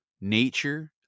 nature